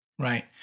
Right